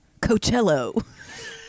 Coachella